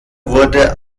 wurde